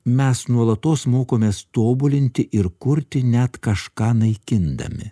mes nuolatos mokomės tobulinti ir kurti net kažką naikindami